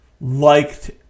liked